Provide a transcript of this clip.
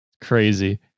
crazy